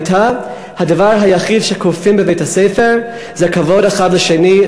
הייתה: הדבר היחיד שכופים בבית-הספר זה כבוד אחד לשני,